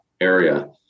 area